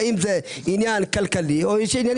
האם זה עניין כלכלי או אחר.